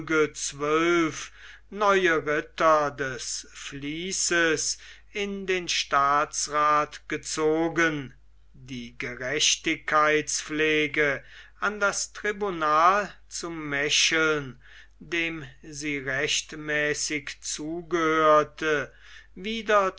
zwölf neue ritter des vließes in den staatsrath gezogen die gerechtigkeitspflege an das tribunal zu mecheln dem sie rechtmäßig zugehörte wieder